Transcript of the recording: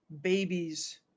babies